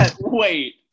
Wait